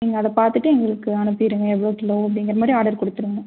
நீங்கள் அதை பார்த்துட்டு எங்களுக்கு அனுப்பிடுங்க எவ்வளோ கிலோ அப்படிங்கிற மாதிரி ஆடர் கொடுத்துருங்க